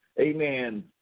amen